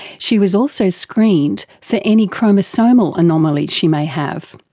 she was also screened for any chromosomal anomalies she may have.